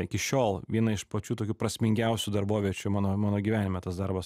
iki šiol viena iš pačių tokių prasmingiausių darboviečių mano mano gyvenime tas darbas